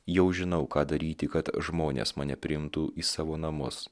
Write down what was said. jau žinau ką daryti kad žmonės mane priimtų į savo namus